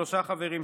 שלושה חברים,